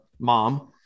mom